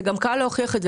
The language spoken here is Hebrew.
זה גם קל להוכיח את זה.